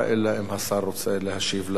אלא אם השר רוצה להשיב לדיון.